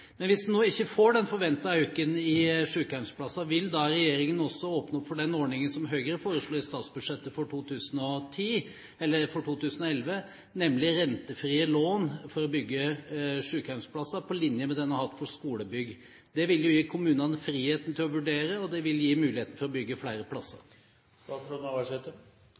Men hvis man ikke får den forventede økningen i sykehjemsplasser, vil da regjeringen også åpne opp for den ordningen som Høyre foreslo i statsbudsjettet for 2011, nemlig rentefrie lån for å bygge sykehjemsplasser, på linje med det man har hatt for skolebygg? Det vil jo gi kommunene friheten til å vurdere, og det vil gi muligheten til å bygge flere plasser.